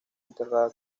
enterrada